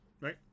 right